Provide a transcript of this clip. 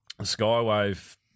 Skywave